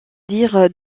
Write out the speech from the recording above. dire